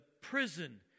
prison